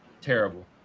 Terrible